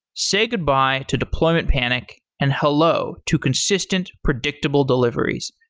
say goodbye to deployment panic and hello to consistent, predictable deliveries.